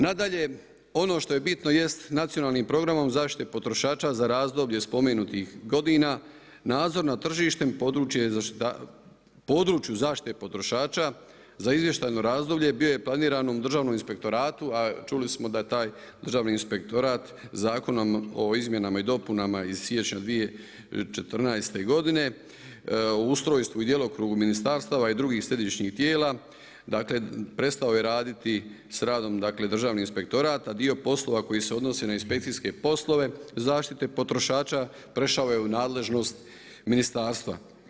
Nadalje, ono što je bitno jest Nacionalnim programom zaštite potrošača za razdoblje spomenutih godina nadzor nad tržištem, području zaštite potrošača za izvještajno razdoblje bilo je planirano u Državnom inspektoratu a čuli smo da taj Državni inspektorat Zakonom o izmjenama i dopunama iz siječnja 2014. godine o ustrojstvu i djelokrugu ministarstava i drugih središnjih tijela, dakle prestao je raditi s radom dakle državni inspektorat a dio poslova koji se odnosi na inspekcijske poslove, zaštite potrošača prešao je u nadležnost ministarstva.